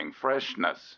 freshness